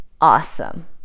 awesome